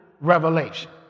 revelation